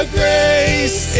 grace